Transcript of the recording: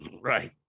right